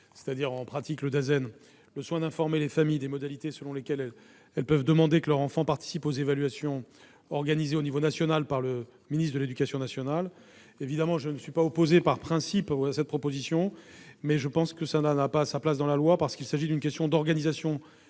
l'éducation nationale, le soin d'informer les familles des modalités selon lesquelles elles peuvent demander que leur enfant participe aux évaluations organisées à l'échelon national par le ministre de l'éducation nationale. Je ne suis évidemment pas opposé par principe à la présente proposition, mais je pense qu'elle n'a pas sa place dans la loi : il s'agit d'une question d'organisation